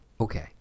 Okay